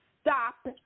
Stop